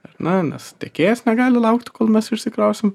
ar ne nes tiekėjas negali laukti kol mes išsikrausim